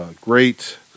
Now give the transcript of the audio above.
Great